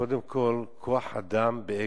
קודם כול, כוח-האדם ב"אגד"